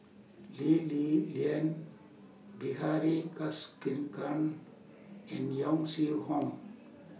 Lee Li Lian Bilahari Kausikan and Yong Shu Hoong